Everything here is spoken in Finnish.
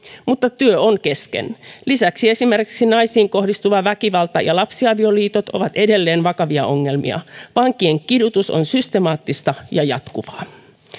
mutta työ on kesken lisäksi esimerkiksi naisiin kohdistuva väkivalta ja lapsiavioliitot ovat edelleen vakavia ongelmia vankien kidutus on systemaattista ja jatkuvaa